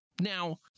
Now